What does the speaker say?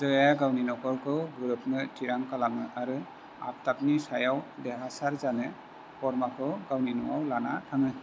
ज'याया गावनि नखरजों गोरोबनो थिरां खालामो आरो आफताबनि सायाव देरहासार जानो परमाखौ गावनि न'आव लाना थाङो